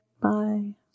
bye